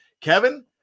Kevin